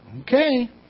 Okay